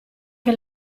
che